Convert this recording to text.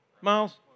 miles